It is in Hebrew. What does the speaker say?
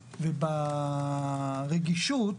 וברגישות,